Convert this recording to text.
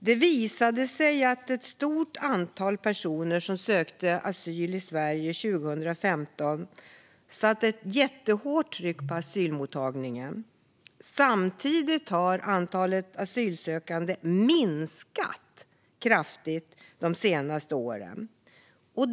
Det visade sig att ett stort antal personer som sökte asyl i Sverige 2015 satte ett hårt tyck på asylmottagandet. Samtidigt har antalet asylsökande minskat kraftigt de senaste åren.